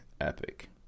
epic